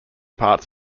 parts